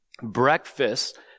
Breakfast